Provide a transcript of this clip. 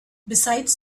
besides